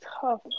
tough